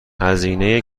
هزینه